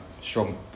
strong